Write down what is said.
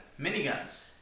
miniguns